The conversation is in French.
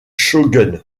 shogun